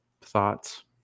Thoughts